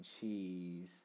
cheese